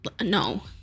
no